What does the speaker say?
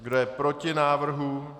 Kdo je proti návrhu?